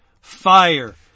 Fire